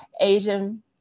Asian